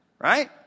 Right